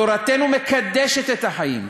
תורתנו מקדשת את החיים.